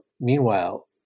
meanwhile